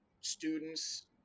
students